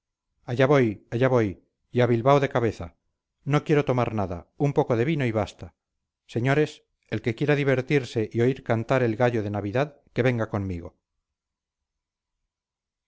allá voy allá voy y a bilbao de cabeza no quiero tomar nada un poco de vino y basta señores el que quiera divertirse y oír cantar el gallo de navidad que venga conmigo